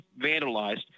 vandalized